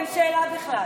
אין שאלה בכלל.